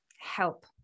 Help